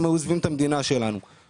הם היו עוזבים את המדינה שלנו מחר בבוקר.